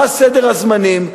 מה סדר הזמנים.